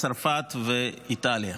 צרפת ואיטליה.